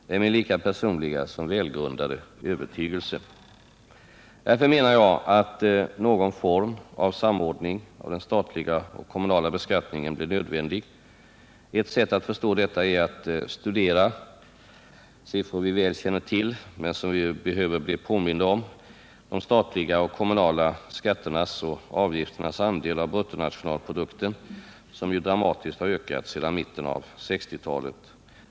Det är min lika personliga som välgrundade övertygelse. Därför menar jag att någon form av samordning av den statliga och den kommunala beskattningen blir nödvändig. Ett sätt att förstå detta är att studera siffror som vi känner väl till men som vi behöver bli påminda om, nämligen de statliga och kommunala skatternas och avgifternas andel av bruttonationalprodukten, som ju dramatiskt har ökat sedan mitten av 1960 talet.